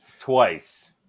Twice